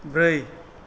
ब्रै